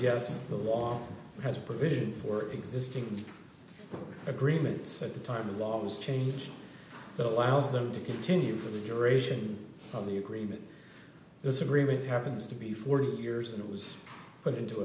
yes the law has a provision for existing agreements at the time the laws change that allows them to continue for the duration of the agreement this agreement happens to be forty years and it was put into